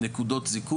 נקודות זיכוי,